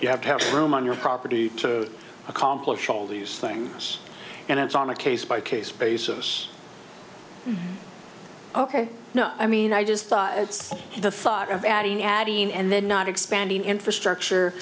you have to have room on your property to accomplish all these things and it's on a case by case basis ok no i mean i just thought it's the thought of adding adding and then not expanding infrastructure